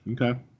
Okay